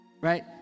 Right